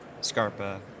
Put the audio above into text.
Scarpa